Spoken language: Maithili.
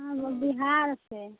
बिहारसँ